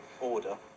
order